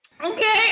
Okay